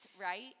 right